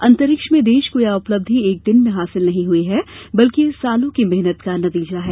अंतरिक्ष में देश को यह उपलब्धि एक दिन में हासिल नहीं हुई है बल्कि यह सालों की मेहनत का नतीजा है